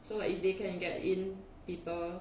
so if they can get in people